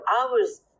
hours